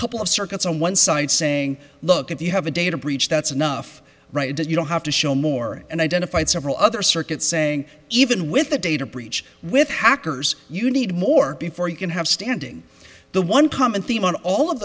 couple of circuits on one side saying look at the you have a data breach that's enough right that you don't have to show more and identified several other circuits saying even with the data breach with hackers you need more before you can have standing the one common theme on all of